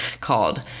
called